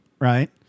right